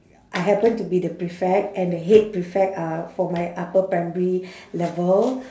I happen to be the prefect and the head prefect uh for my upper primary level